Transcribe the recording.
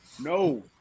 no